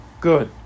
Good